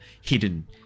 hidden